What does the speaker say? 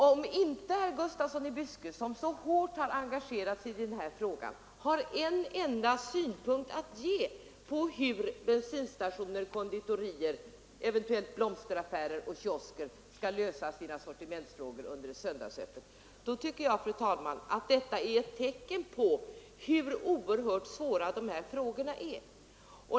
Om inte herr Gustafsson i Byske, som så hårt har engagerat sig i den här frågan, har en enda synpunkt att ge på hur bensinstationer, konditorier, eventuellt blomsteraffärer och kiosker, skall lösa sina sortimentsproblem under söndagsöppet, då tycker jag, fru talman, att detta är ett tecken på hur oerhört svåra dessa frågor är.